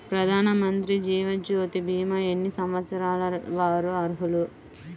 ప్రధానమంత్రి జీవనజ్యోతి భీమా ఎన్ని సంవత్సరాల వారు అర్హులు?